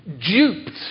duped